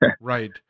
Right